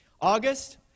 August